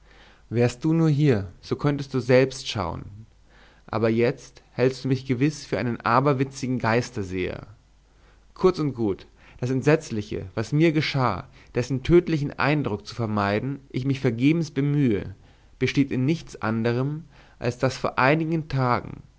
wärst du nur hier so könntest du selbst schauen aber jetzt hältst du mich gewiß für einen aberwitzigen geisterseher kurz und gut das entsetzliche was mir geschah dessen tödlichen eindruck zu vermeiden ich mich vergebens bemühe besteht in nichts anderm als daß vor einigen tagen